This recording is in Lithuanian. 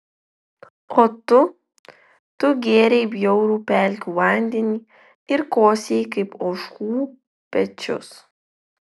o tu tu gėrei bjaurų pelkių vandenį ir kosėjai kaip ožkų pečius